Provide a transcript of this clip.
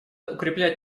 укреплять